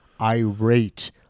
irate